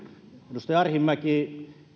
edustaja arhinmäki